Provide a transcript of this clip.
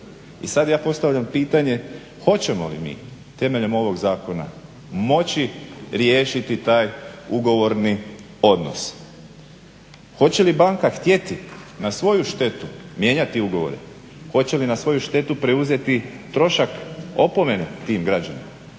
I sad ja postavljam pitanje hoćemo li mi temeljem ovog zakona moći riješiti taj ugovorni odnos. Hoće li banka htjeti na svoju štetu mijenjati ugovore, hoće li na svoju štetu preuzeti trošak opomene tim građanima.